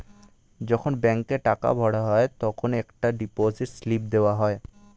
যখন ব্যাংকে টাকা ভরা হয় তখন একটা ডিপোজিট স্লিপ দেওয়া যায়